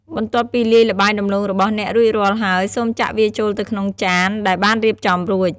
បន្ទាប់ពីលាយល្បាយដំឡូងរបស់អ្នករួចរាល់ហើយ សូមចាក់វាចូលទៅក្នុងចានដែលបានរៀបចំរួច។